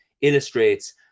illustrates